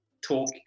talk